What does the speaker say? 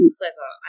clever